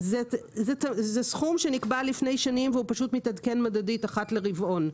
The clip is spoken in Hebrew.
זה סכום שנקבע לפני שנים והוא פשוט מתעדכן מדדית אחת לרבעון.